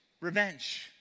revenge